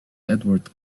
edward